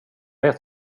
ett